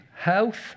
health